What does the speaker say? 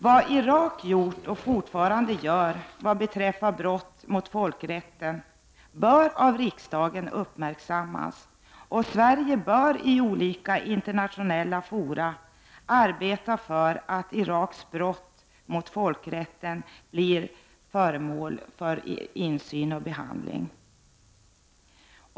Vad Irak gjort och fortfarande gör vad beträffar brott mot folkrätten bör av riksdagen uppmärksammas, och Sverige bör i olika internationella fora arbeta för att Iraks brott mot folkrätten blir föremål för insyn och behandling.